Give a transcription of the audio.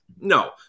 No